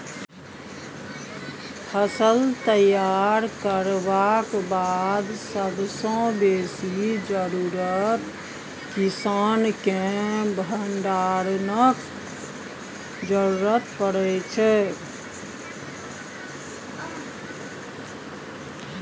फसल तैयार करबाक बाद सबसँ बेसी जरुरत किसानकेँ भंडारणक जरुरत परै छै